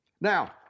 Now